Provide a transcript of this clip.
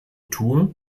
tue